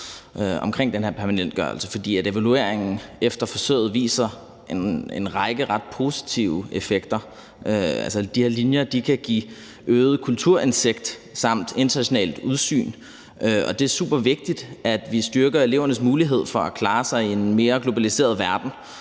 om den her permanentgørelse, fordi evalueringen efter forsøget viser en række ret positive effekter. De her linjer kan give øget kulturindsigt samt internationalt udsyn, og det er supervigtigt, at vi styrker elevernes mulighed for at klare sig i en mere globaliseret verden.